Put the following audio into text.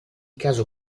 caso